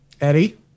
Eddie